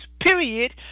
period